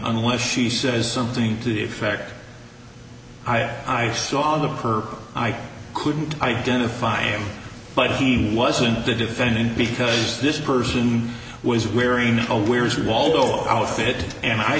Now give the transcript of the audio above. unless she says something to the effect i i saw her i couldn't identify him but he wasn't the defendant because this person was wearing a where's waldo outfit and i